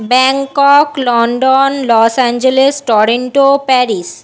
Bangkok London Los Angeles Toronto Paris